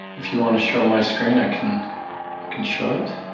if you want to show my screen, i can can show it.